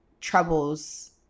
troubles